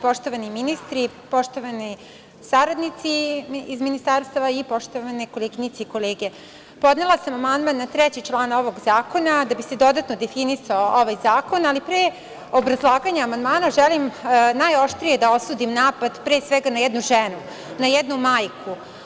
Poštovani ministri, poštovani saradnici iz ministarstva i poštovane koleginice i kolege, podnela sam amandman na 3. član ovog zakona, da bi se dodatno definisao ovaj zakon, ali pre obrazlaganja amandmana, želim najoštrije da osudim napad, pre svega na jednu ženu, na jednu majku.